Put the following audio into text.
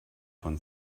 von